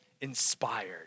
inspired